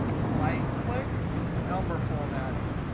right click number formatting.